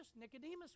Nicodemus